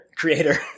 creator